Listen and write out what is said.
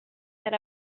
that